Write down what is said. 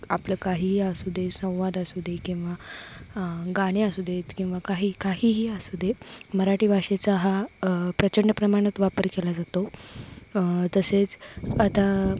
आपलं काहीही असू दे संवाद असू दे किंवा गाणे असू देत किंवा काही काहीही असू दे मराठी भाषेचा हा प्रचंड प्रमाणात वापर केला जातो तसेच आता